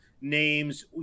names